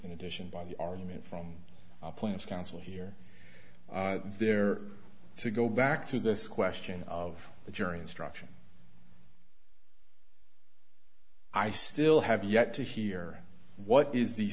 in addition by the argument from plans counsel here they're to go back to this question of the jury instruction i still have yet to hear what is the